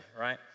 right